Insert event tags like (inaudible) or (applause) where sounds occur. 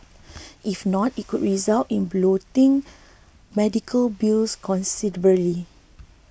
if not it could result in bloating medical bills (unintelligible)